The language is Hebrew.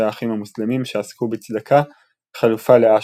האחים המוסלמים שעסקו בצדקה חלופה לאש"ף,